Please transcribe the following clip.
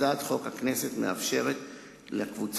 הצעת חוק הכנסת (תיקון מס'